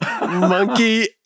monkey